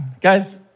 guys